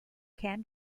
can